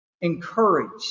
encouraged